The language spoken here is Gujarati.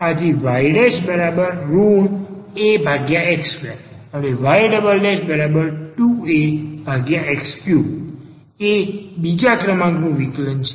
આથી y Ax2 અને y 2Ax3 એ બીજા ક્રમાંક નું વિકલન છે